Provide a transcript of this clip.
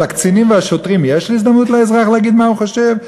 על הקצינים והשוטרים יש הזדמנות לאזרח להגיד מה הוא חושב?